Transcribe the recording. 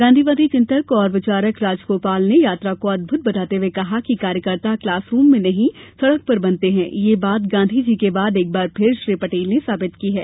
गांधीवादी चिंतक और विचारक राजगोपाल ने यात्रा को अदभुत बताते हए कहा कि कार्यकर्ता क्लास रूम में नहीं सड़क पर बनते हैं यह बात गांधी जी के बाद एक बार फिर श्री पटेल ने साबित की है